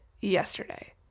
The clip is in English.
yesterday